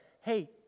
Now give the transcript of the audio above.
Hey